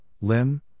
Lim